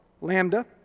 lambda